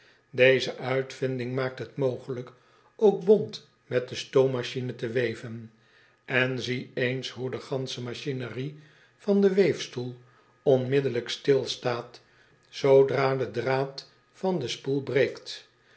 eze uitvinding maakt het mogelijk ook bont met de stoommachine te weven n zie eens hoe de gansche machinerie van den weefstoel onmiddellijk stilstaat zoodra de draad van de spoel breekt